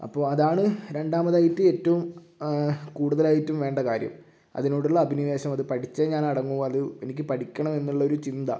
അപ്പോൾ അതാണ് രണ്ടാമതായിട്ട് ഏറ്റവും കൂടുതലായിട്ടും വേണ്ട കാര്യം അതിനോടുള്ള അഭിനിവേശം അത് പഠിച്ചേ ഞാൻ അടങ്ങൂ അത് എനിക്ക് പഠിക്കണം എന്നുള്ള ഒരു ചിന്ത